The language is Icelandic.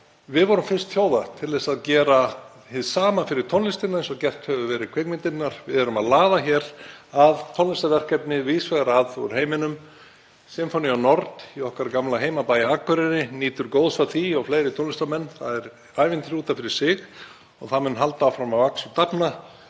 Við vorum fyrst þjóða til að gera hið sama fyrir tónlistina og gert hefur verið fyrir kvikmyndirnar. Við erum að laða að tónlistarverkefni víðs vegar að úr heiminum. SinfoniaNord í mínum gamla heimabæ, Akureyri, nýtur góðs af því og fleiri tónlistarmenn. Það er ævintýri út af fyrir sig og það mun halda áfram að vaxa og dafna.